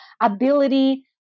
ability